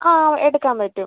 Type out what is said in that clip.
ആ ആ എടുക്കാൻ പറ്റും